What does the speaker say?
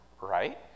right